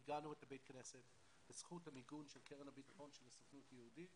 מיגנו את בית הכנסת ובזכות המיגון של קרן הביטחון של הסוכנות היהודית